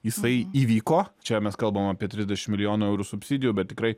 jisai įvyko čia mes kalbam apie trisdešim milijonų eurų subsidijų bet tikrai